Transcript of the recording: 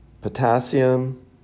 Potassium